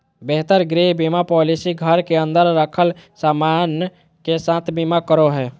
बेहतर गृह बीमा पॉलिसी घर के अंदर रखल सामान के साथ बीमा करो हय